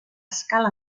escala